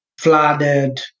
flooded